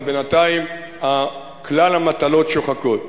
אבל בינתיים כלל המטלות שוחקות.